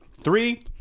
Three